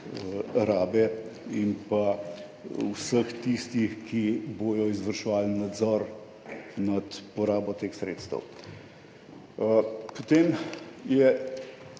in vseh tistih, ki bodo izvrševali nadzor nad porabo teh sredstev. Potem je